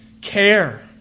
care